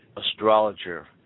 astrologer